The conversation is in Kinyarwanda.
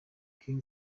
king